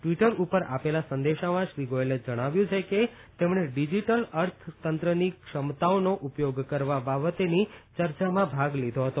Twitter ઉપર આપેલા સંદેશામાં શ્રી ગોયલે જણાવ્યું છે કે તેમણે ડિજીટલ અર્થતંત્રની ક્ષમતાઓનો ઉપયોગ કરવા બાબતેની યર્ચામાં ભાગ લીધો હતો